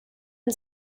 and